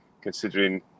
considering